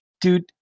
dude